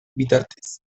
bitartez